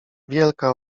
wielka